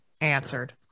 answered